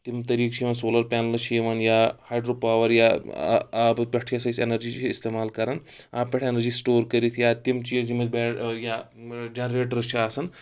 تِم طٔریٖقہٕ چھِ یِوان سولر پینلہٕ چھِ یِوان یا ہایڈرو پاوَر یا آبہٕ پؠٹھ یۄس أسۍ اؠنرجی چھِ استعمال کران آبہٕ پؠٹھ اؠنرجی سٹور کٔرِتھ یا تِم چیٖز یِم أسۍ بی یا جنریٹرٕس چھِ آسان